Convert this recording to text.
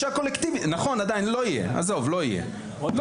עזוב, לא יהיה.